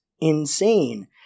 insane